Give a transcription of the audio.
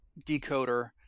decoder